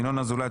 ינון אזולאי,